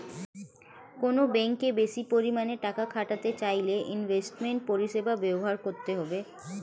কোনো ব্যাঙ্কে বেশি পরিমাণে টাকা খাটাতে চাইলে ইনভেস্টমেন্ট পরিষেবা ব্যবহার করতে হবে